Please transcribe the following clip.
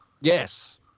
Yes